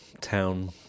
town